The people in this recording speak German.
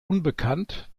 unbekannt